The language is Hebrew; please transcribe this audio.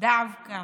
דווקא.